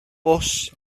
bws